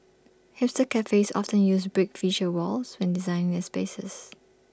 hipster cafes often use brick feature walls when designing their spaces